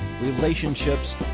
relationships